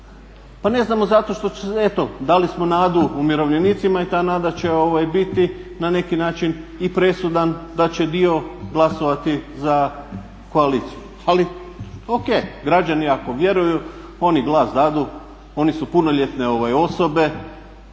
Pa ne znamo zato što će eto, dali smo nadu umirovljenicima i ta nada će bit na neki način i presudan da će dio glasovati za koaliciju. Ali o.k. Građani ako vjeruju oni glas dadu, oni su punoljetne osobe.